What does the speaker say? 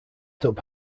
tub